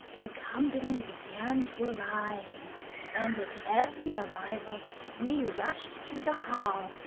the company began to arrive and at every arrival we rushed to the hall,